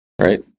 right